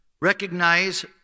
Recognize